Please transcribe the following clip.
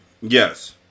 Yes